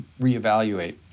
reevaluate